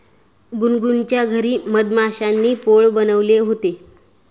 गुनगुनच्या घरी मधमाश्यांनी पोळं बनवले होते